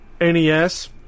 NES